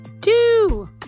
Two